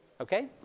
Okay